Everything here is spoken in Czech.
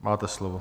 Máte slovo.